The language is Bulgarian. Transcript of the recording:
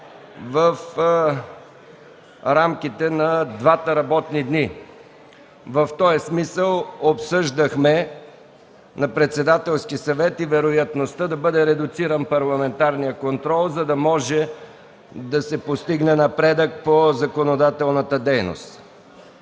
в рамките на двата работни дни. В този смисъл на Председателския съвет обсъдихме и вероятността да бъде редуциран парламентарният контрол, за да може да се постигне напредък по законодателната дейност.